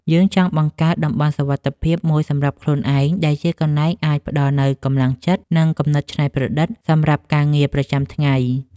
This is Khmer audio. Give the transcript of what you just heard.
យើងចង់បង្កើត តំបន់សុវត្ថិភាព មួយសម្រាប់ខ្លួនឯង ដែលជាកន្លែងអាចផ្ដល់នូវកម្លាំងចិត្ត និងគំនិតច្នៃប្រឌិតថ្មីៗសម្រាប់ការងារប្រចាំថ្ងៃ។